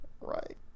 Right